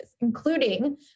including